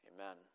Amen